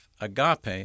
agape